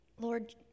Lord